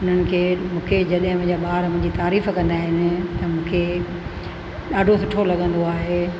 मूंखे मूंखे जॾहिं मुंहिंजा ॿार मुंहिंजी तारीफ़ कंदा आहिनि त मूंखे ॾाढो सुठो लॻंदो आहे